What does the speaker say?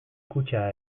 kutxa